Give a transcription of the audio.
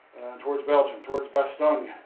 towards belgium, towards bastogne.